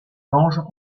mangent